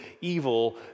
evil